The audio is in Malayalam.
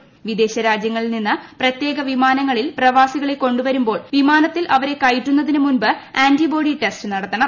പ്രിദേശ രാജ്യങ്ങളിൽനിന്ന് പ്രത്യേക വിമാനങ്ങളിൽ പ്രവാസ്ത്രീക്ളെ കൊണ്ടുവരുമ്പോൾ വിമാനത്തിൽ അവരെ കയറ്റുന്നതിന് മുമ്പ് ആൻറി ബോഡി ടെസ്റ്റ് നടത്തണം